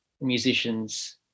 musicians